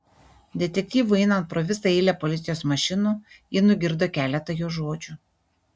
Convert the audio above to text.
detektyvui einant pro visą eilę policijos mašinų ji nugirdo keletą jo žodžių